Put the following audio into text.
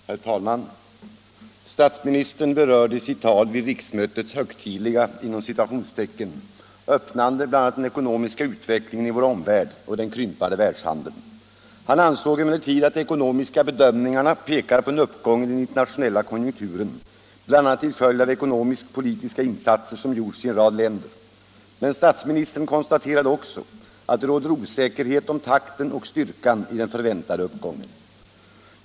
Herr talman! Statsministern berörde i sitt tal vid riksmötets ”högtidliga” öppnande bl.a. den ekonomiska utvecklingen i vår omvärld och den krympande världshandeln. Han ansåg emellertid att de ekonomiska bedömningarna pekar på en uppgång i den internationella konjunkturen, bl.a. till följd av ekonomisk-politiska insatser som gjorts i en rad länder. Men statsministern konstaterade också att det råder osäkerhet om takten och styrkan i den förväntade uppgången.